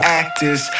actors